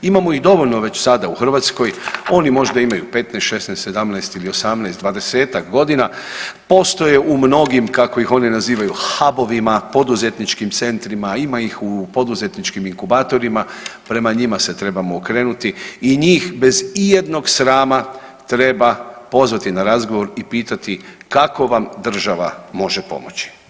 Imamo ih dovoljno već sada u Hrvatskoj, oni možda imaju 15, 16, 17 ili 18, 20-ak godina postoje u mnogim kako ih oni nazivaju hubovima poduzetničkim centrima, ima ih u poduzetničkim inkubatorima prema njima se trebamo okrenuti i njih bez ijednog srama treba pozvati na razgovor i pitati kako vam država može pomoći.